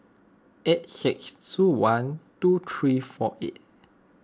eight six two one two three four eight